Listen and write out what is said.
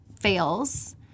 fails